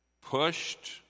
pushed